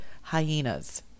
hyenas